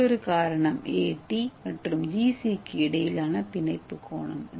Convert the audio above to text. மற்றொரு காரணம் A T மற்றும் G C க்கு இடையிலான பிணைப்பு கோணம்